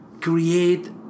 create